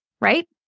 right